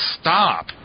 stop